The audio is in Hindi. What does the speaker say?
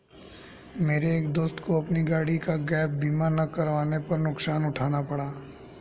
मेरे एक दोस्त को अपनी गाड़ी का गैप बीमा ना करवाने पर नुकसान उठाना पड़ा